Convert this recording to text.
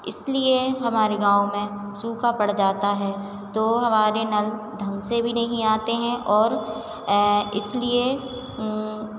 इसलिए हमारे गाँव में सूखा पड़ जाता है तो हमारे नल ढंग से भी नहीं आते हैं और इसलिए